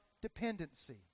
dependency